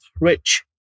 rich